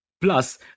Plus